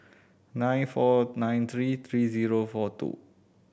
nine four nine three three zero four two